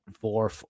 four